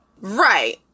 right